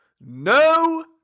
No